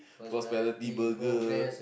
prosperity burger